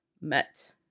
met